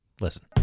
Listen